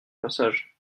passage